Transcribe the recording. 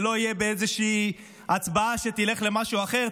זה לא יהיה באיזושהי הצבעה שתלך למשהו אחר,